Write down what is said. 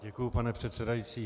Děkuji, pane předsedající.